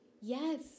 Yes